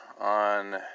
on